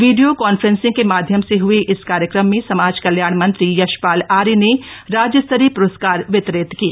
video conferencing के माध्यम से हए इस कार्यक्रम में समाज कल्याण मंत्री यशपाल आर्य राज्य स्तरीय प्रस्कार वितरित किये